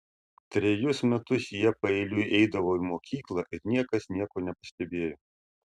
trejus metus jie paeiliui eidavo į mokyklą ir niekas nieko nepastebėjo